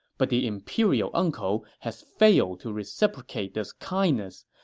but the imperial uncle has failed to reciprocate this kindness,